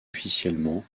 officiellement